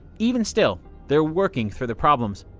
even still, they're working through the problems.